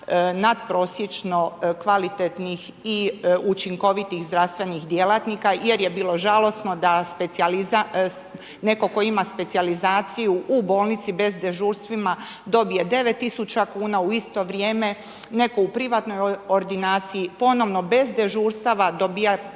nadprosječno kvalitetnih i učinkovitih zdravstvenih djelatnika jer je bilo žalosno da netko tko ima specijalizaciju u bolnici bez dežurstava dobije 9000 kn, u isto vrijeme netko u privatnoj ordinaciji ponovno bez dežurstava dobiva